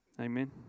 Amen